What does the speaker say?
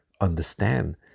understand